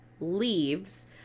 leaves